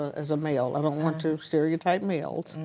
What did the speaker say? as a male. i don't want to stereotype males.